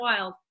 wild